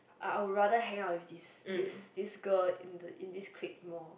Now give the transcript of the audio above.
uh I would rather hang out with this this this girl in this clique more